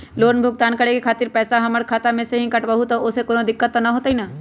Loan भुगतान करे के खातिर पैसा हमर खाता में से ही काटबहु त ओसे कौनो दिक्कत त न होई न?